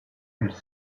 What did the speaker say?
elle